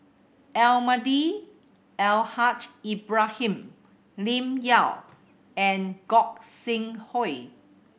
Almahdi Al Haj Ibrahim Lim Yau and Gog Sing Hooi